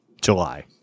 July